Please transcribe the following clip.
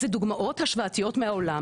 זה דוגמאות השוואתיות מהעולם,